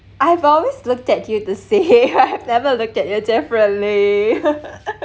I've always looked at you the same I have never looked at you differently